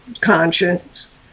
conscience